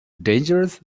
dangerous